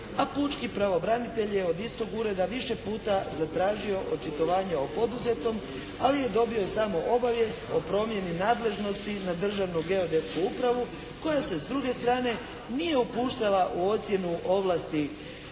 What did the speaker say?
a pučki pravobranitelj je od istog ureda više puta zatražio očitovanje o poduzetom, ali je dobio samo obavijest o promjeni nadležnosti na Državnu geodetsku upravu koja se s druge strane nije upuštala u ocjenu ovlasti